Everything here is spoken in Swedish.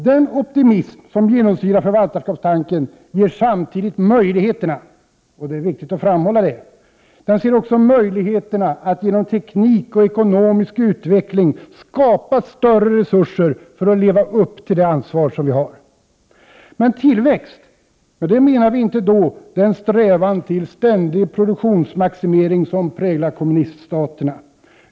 Den optimism som genomsyrar förvaltarskapstanken ser samtidigt möjligheterna — det är viktigt att framhålla det — att genom teknisk och ekonomisk utveckling skapa större resurser för att leva upp till det ansvar som vi har. Med tillväxt menar vi då inte den strävan till ständig produktionsmaximering som präglar kommuniststaterna.